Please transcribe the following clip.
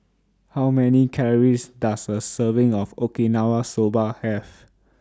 How Many Calories Does A Serving of Okinawa Soba Have